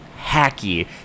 hacky